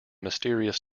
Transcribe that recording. mysterious